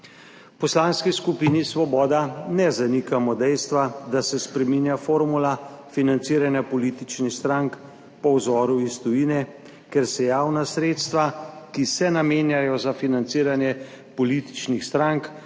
Poslanski skupini Svoboda ne zanikamo dejstva, da se spreminja formula financiranja političnih strank po vzoru iz tujine, ker se javna sredstva, ki se namenjajo za financiranje političnih strank,